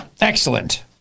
excellent